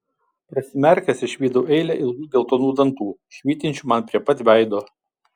prasimerkęs išvydau eilę ilgų geltonų dantų švytinčių man prie pat veido